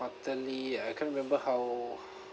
quarterly I can't remember how